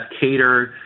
cater